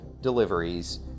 deliveries